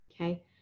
Okay